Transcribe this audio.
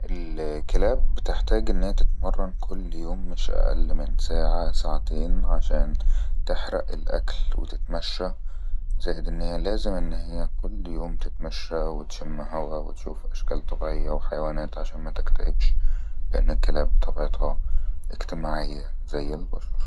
كلاب أأ بتحتاج انها تتمرن كل يوم مش أأل من ساعة ساعتين عشان تحرء الأكل وتتمشي زائد أنها هيا لازم ان هيا كل يوم تتمشي وتشم هوا وتشوف اشكال طبيعية وحيوانات عشان متكتأبش لأن الكلاب بطبيعتها اجتماعية زي البشر